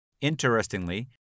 Interestingly